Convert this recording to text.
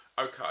okay